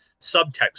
subtext